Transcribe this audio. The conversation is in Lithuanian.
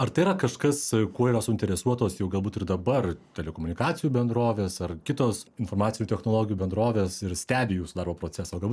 ar tai yra kažkas kuo yra suinteresuotos jau galbūt ir dabar telekomunikacijų bendrovės ar kitos informacinių technologijų bendrovės ir stebi jūsų darbo procesą